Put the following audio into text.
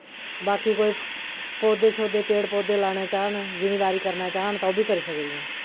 बाकी कोई पौधे शौधे पेड़ पौधे लाना चाह्न जिम्मेदारी करना चाह्न तां ओह् बी करी सकदियां